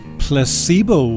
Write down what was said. placebo